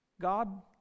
God